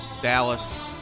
Dallas